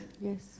yes